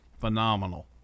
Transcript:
phenomenal